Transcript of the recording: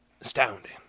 Astounding